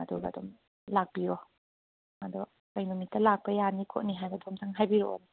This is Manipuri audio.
ꯑꯗꯨꯒ ꯑꯗꯨꯝ ꯂꯥꯛꯄꯤꯌꯣ ꯑꯗꯣ ꯀꯔꯤ ꯅꯨꯃꯤꯠꯇ ꯂꯥꯛꯄ ꯌꯥꯅꯤ ꯈꯣꯠꯅꯤ ꯍꯥꯏꯕꯗꯣ ꯑꯃꯨꯛꯇꯪ ꯍꯥꯏꯕꯤꯔꯛꯑꯣꯕ